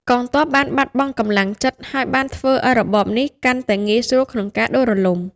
កងទ័ពបានបាត់បង់កម្លាំងចិត្ដ ហើយបានធ្វើឲ្យរបបនេះកាន់តែងាយស្រួលក្នុងការដួលរលំ។